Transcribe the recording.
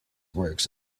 works